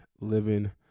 living